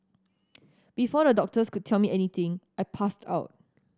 before the doctors could tell me anything I passed out